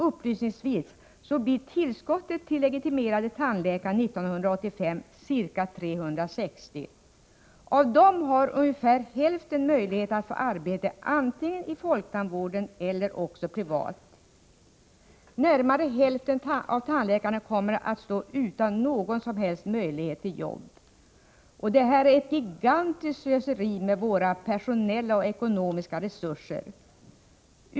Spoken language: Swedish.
Upplysningsvis kan jag nämna att tillskottet av legitimerade tandläkare 1985 blir ca 360. Av dem har ungefär hälften möjlighet att få arbete antingen i folktandvården eller också privat. Närmare hälften av tandläkarna kommer att stå utan någon som helst möjlighet till jobb. Detta är ett gigantiskt slöseri med personella och ekonomiska resurser.